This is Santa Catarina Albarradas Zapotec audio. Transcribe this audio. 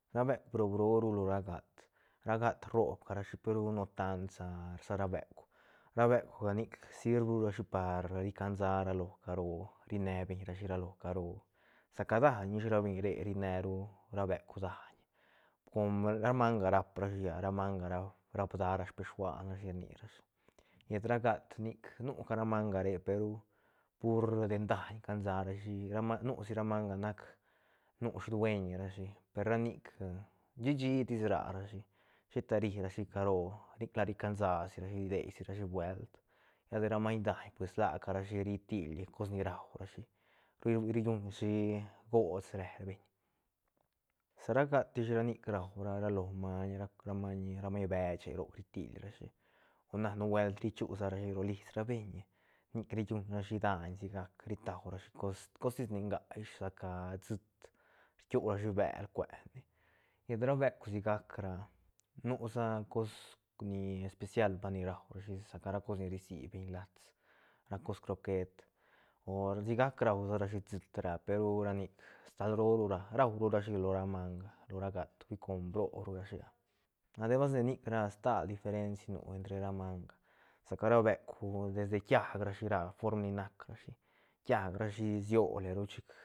Ra beuk brob roo ru lo ra gat ra gat roob carashi per no tan sa sa ra beuk ra beukga nic sirb ru rashi par ricansa ralo caro rinebeñ ra shi ra lo caro sa ca daiñ ish ra beñ re rine ru ra beuk daiñ com ra manga rap rashi ah ra manga ra- rap da ra speshuanrashi rni rashi llet ra gat nic nu cara manga re pe ru pur len daiñ cansa rashi nu si ra manga nac nu shudeñrashi per ra nic shi shi tis ra rashi sheta ri ra shi caro nic la rican sarashi rdeirashi buelt lla de ramaiñ daiñ pues la ca rashi ritil cos ni raurashi ri- ri llunshi gost re beñ sa ra gat ish nic rau ra ralo maiñ ra- ramaiñ beche roc ritilrashi o na nubuelt richu rashi ro lis rabeñ nic ri lluñrashi daiñ sigac ritua rashi cos cos tis ni nga ish sa ca siit rkiu ra shi bel cuene llet ra beuk sigac ra nu sa cos ni especial par ni raurashi sa ca ra cos ni risibeñ lats ra cos croquet o sigac raurashi siit ra peru ra nic stal roo ru ra- ruarurashi lo ra manga lo ra gat hui com bro ru rashi ah ademas de nic ra stal diferenci nu entre ra manga sa ca ra beuk de quiaj rashi ra form ni nac rashi quiaj sioleru chic